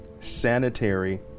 sanitary